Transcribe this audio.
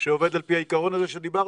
שעובד על פי העיקרון הזה שדיברת?